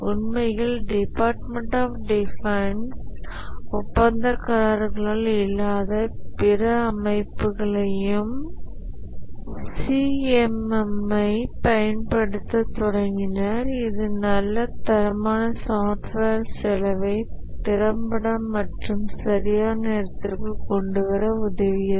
உண்மையில் department of defence ஒப்பந்தக்காரர்களாக இல்லாத பிற அமைப்புகளையும் CMM ஐப் பயன்படுத்தத் தொடங்கினர் இது நல்ல தரமான சாஃப்ட்வேர் செலவை திறம்பட மற்றும் சரியான நேரத்திற்குள் கொண்டு வர உதவியது